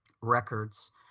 records